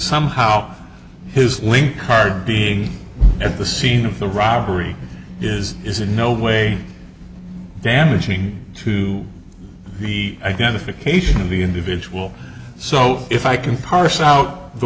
somehow his link card being at the scene of the robbery is is in no way damaging to the identification of the individual so if i can parse out the